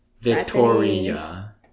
victoria